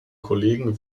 kollegen